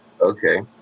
Okay